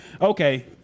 okay